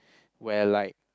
where like